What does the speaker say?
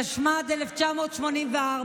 תשמ"ד 1984,